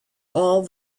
all